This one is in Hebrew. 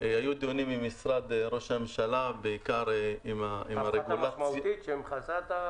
היו דיונים עם משרד ראש הממשלה -- הפחתה משמעותית?